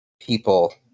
People